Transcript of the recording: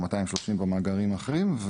או 230 במאגרים האחרים.